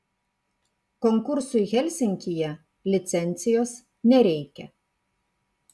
konkursui helsinkyje licencijos nereikia